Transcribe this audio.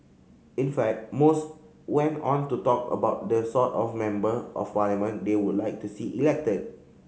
in fact most went on to talk about the sort of Member of Parliament they would like to see elected